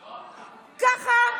ככה?